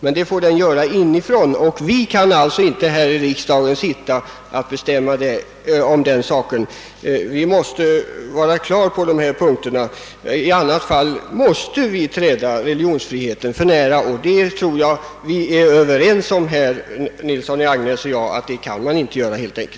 Men det skall den göra inifrån; riksdagen kan inte sitta och bestämma därom — det måste vi vara på det klara med, I annat fall skulle religionsfriheten trädas för nära, och herr Nilsson i Agnäs och jag är nog överens om att det helt enkelt inte får ske.